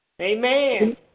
Amen